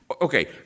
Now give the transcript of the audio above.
Okay